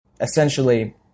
essentially